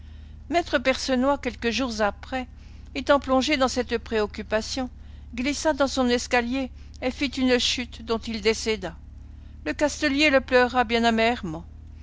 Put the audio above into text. me percenoix quelques jours après étant plongé dans cette préoccupation glissa dans son escalier et fit une chute dont il décéda lecastelier le pleura bien